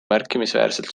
märkimisväärselt